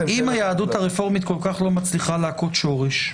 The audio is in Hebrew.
--- אם היהדות הרפורמית כל כך לא מצליחה להכות שורש,